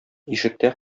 ишектә